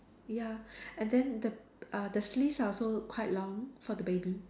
ya and then the uh sleeves are also quite long for the baby